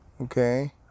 Okay